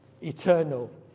eternal